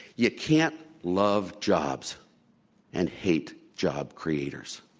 you can't love jobs and hate job creators.